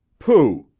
pooh!